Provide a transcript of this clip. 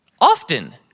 often